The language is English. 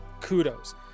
kudos